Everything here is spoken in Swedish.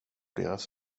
deras